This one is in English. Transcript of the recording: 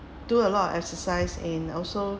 do a lot of exercise and also